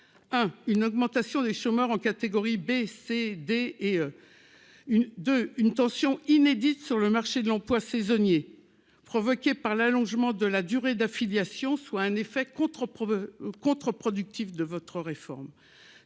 un une augmentation des chômeurs en catégorie B, C, D et une de une tension inédite sur le marché de l'emploi saisonnier provoquées par l'allongement de la durée d'affiliation soit un effet contre-contre-productif de votre réforme